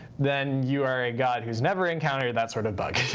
then you are a god who's never encountered that sort of bug.